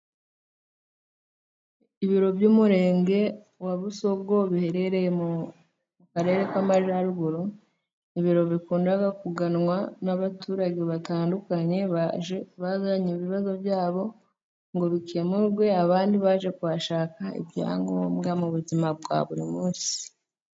Ibiro by' umurenge wa Busogo biherereye mu karere k' Amajyaruguru, ibiro bikunda kuganwa n' abaturage batandukanye, bazanye ibibazo byabo ngo bikemurwe, abandi baje kuhashaka ibyangombwa mu buzima bwa buri munsi.